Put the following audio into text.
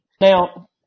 Now